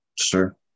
Sure